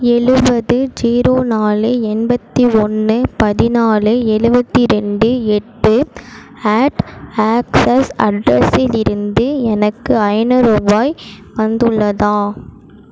எழுபது ஜீரோ நாலு எண்பத்தி ஒன்று பதினாலு எழுபத்தி ரெண்டு எட்டு அட் ஆக்ஸஸ் அட்ரஸிலிருந்து எனக்கு ஐநூறுபாய் வந்துள்ளதா